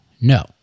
No